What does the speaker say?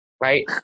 right